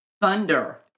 thunder